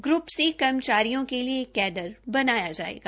group C कर्मचारियों के लिए एक ही कैडर बनाया जायेगा